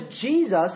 Jesus